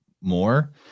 more